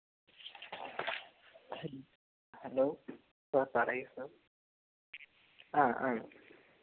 hello sir പറയു sir